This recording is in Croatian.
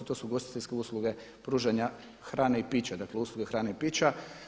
To su ugostiteljske usluge pružanja hrane i pića, dakle usluge hrane i pića.